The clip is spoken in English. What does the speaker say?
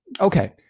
Okay